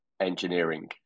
engineering